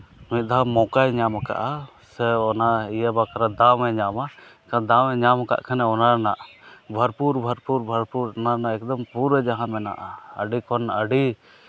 ᱢᱤᱫ ᱫᱷᱟᱣ ᱢᱚᱠᱟᱭ ᱧᱟᱢᱟᱠᱟᱜᱼᱟ ᱥᱮ ᱚᱱᱟ ᱤᱭᱟᱹ ᱵᱟᱠᱷᱨᱟ ᱫᱟᱣ ᱦᱚᱸᱭ ᱧᱟᱢᱟ ᱮᱱᱠᱷᱟᱱ ᱫᱟᱣᱮ ᱧᱟᱢᱟᱠᱟᱜ ᱠᱷᱟᱱᱮ ᱚᱱᱟ ᱨᱮᱱᱟᱜ ᱵᱷᱚᱨᱯᱩᱨ ᱵᱷᱚᱨᱯᱩᱨ ᱵᱽᱚᱨᱯᱩᱨ ᱚᱱᱟ ᱨᱮᱱᱟᱜ ᱮᱠᱫᱚᱢ ᱨᱯᱩᱨᱟᱹ ᱡᱟᱦᱟᱸ ᱢᱮᱱᱟᱜᱼᱟ ᱟᱹᱰᱤ ᱠᱷᱚᱱ ᱟᱹᱰᱤ